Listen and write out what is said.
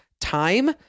time